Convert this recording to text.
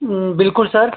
बिल्कुल सर